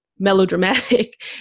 Melodramatic